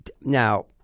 Now